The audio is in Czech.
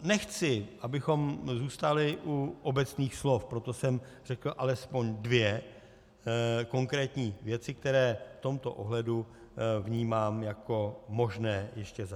Nechci, abychom zůstali u obecných slov, proto jsem řekl alespoň dvě konkrétní věci, které v tomto ohledu vnímám jako možné ještě zařadit.